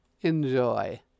Enjoy